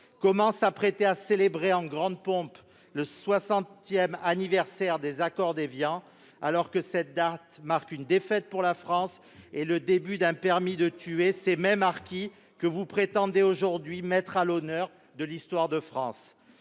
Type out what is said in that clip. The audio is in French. Comment s'apprêter à célébrer en grande pompe le soixantième anniversaire des accords d'Évian, alors que cette date marque une défaite pour la France et le début d'un « permis de tuer » ces mêmes harkis que vous prétendez aujourd'hui mettre à l'honneur de l'histoire de France ?